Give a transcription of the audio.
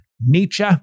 Nietzsche